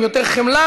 עם יותר חמלה,